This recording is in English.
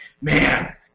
man